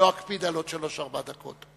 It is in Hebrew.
לא אקפיד על עוד שלוש-ארבע דקות,